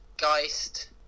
Geist